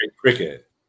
Cricket